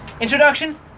introduction